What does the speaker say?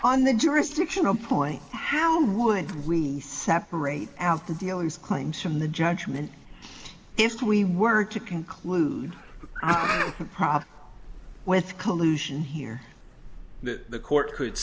on the jurisdictional point how would we separate out the dealings claims from the judgment if we were to conclude no prob with collusion here that the court could